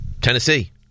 Tennessee